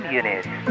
units